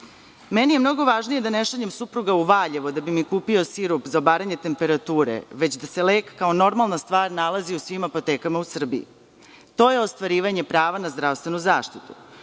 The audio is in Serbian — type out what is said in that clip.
Meni je mnogo važnije da ne šaljem supruga u Valjevo da bi mi kupio sirup za obaranje temperature, već da se lek, kao normalna stvar, nalazi u svim apotekama u Srbiji. To je ostvarivanje prava na zdravstvenu